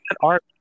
art